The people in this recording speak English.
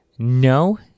No